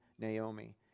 Naomi